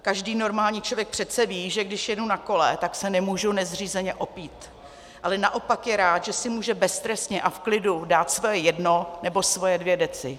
Každý normální člověk přece ví, že když jedu na kole, tak se nemůžu nezřízeně opít, ale naopak je rád, že si může beztrestně a v klidu dát svoje jedno nebo svoje dvě deci.